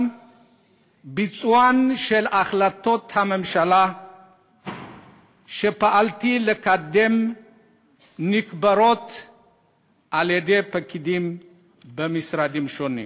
גם ביצוע החלטות הממשלה שפעלתי לקדם נקבר על-ידי פקידים במשרדים שונים.